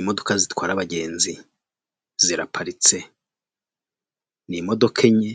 Imodoka zitwara abagenzi ziraparitse n'IMODOKA enye